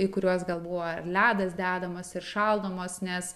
į kuriuos gal buvo ar ledas dedamas ir šaldomos nes